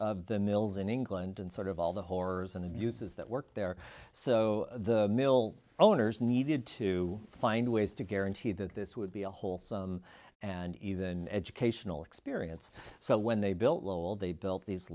of the mills in england and sort of all the horrors and abuses that work there so the mill owners needed to find ways to guarantee that this would be a wholesome and even educational experience so when they built lol they built these